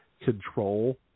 control